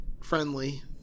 friendly